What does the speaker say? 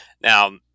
Now